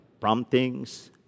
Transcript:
promptings